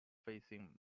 facing